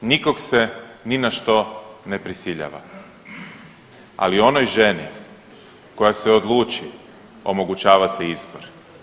Nikog se ni na što ne prisiljava, ali onoj ženi koja se odluči omogućava se izbor.